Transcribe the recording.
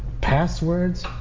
passwords